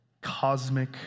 cosmic